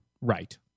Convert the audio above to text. Right